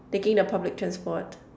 taking the public transport